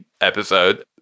episode